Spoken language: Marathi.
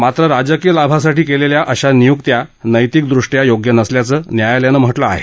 मात्र राजकीय लाभासाठी केलेल्या अशा नियुक्त्या नत्तिकदृष्ट्या योग्य नसल्याचं न्यायालयानं म्हटलं आहे